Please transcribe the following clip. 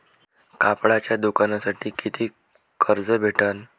कापडाच्या दुकानासाठी कितीक कर्ज भेटन?